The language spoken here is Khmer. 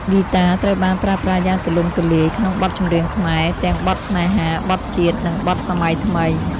ហ្គីតាត្រូវបានប្រើប្រាស់យ៉ាងទូលំទូលាយក្នុងបទចម្រៀងខ្មែរ ទាំងបទស្នេហា បទជាតិ និងបទសម័យថ្មី។